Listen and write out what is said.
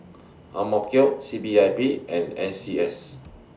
C P I B and N C S